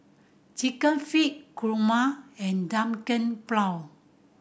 Chicken Feet kurma and